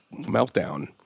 meltdown